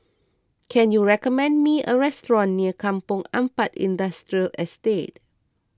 can you recommend me a restaurant near Kampong Ampat Industrial Estate